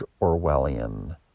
Orwellian